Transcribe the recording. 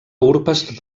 urpes